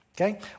Okay